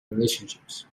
relationships